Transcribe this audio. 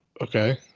Okay